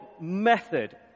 method